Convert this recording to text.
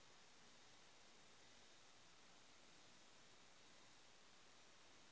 आलूर खेती कुंडा मौसम मोत लगा जाबे?